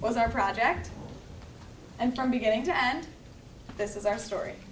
was our project and from beginning to end this is our story